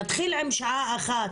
נתחיל עם שעה אחת,